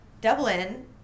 Dublin